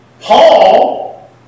Paul